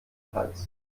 hals